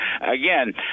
again